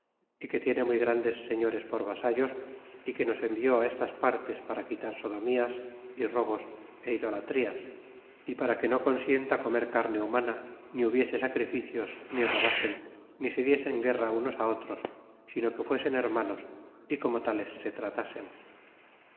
y que tiene muy grandes señores por vasallos y que nos envió estas partes para quitar sodomías y robos y idolatrías y para que no consienta comer carne humana ni hubiese sacrificios ni robasen ni se diesen guerra unos otros sino que fuesen hermanos y como tales se tratasen